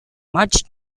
much